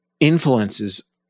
influences